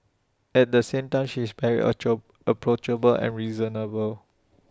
at the same time she is very ancho approachable and reasonable